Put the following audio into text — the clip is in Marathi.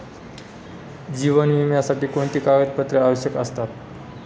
जीवन विम्यासाठी कोणती कागदपत्रे आवश्यक असतात?